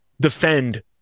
defend